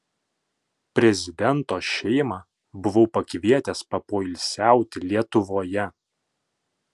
prezidento šeimą buvau pakvietęs papoilsiauti lietuvoje